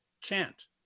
chant